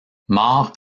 mort